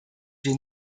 wir